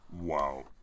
Wow